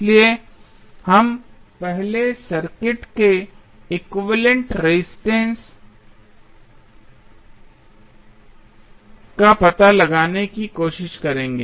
इसलिए हम पहले सर्किट के एक्विवैलेन्ट रेजिस्टेंस का पता लगाने की कोशिश करेंगे